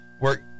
work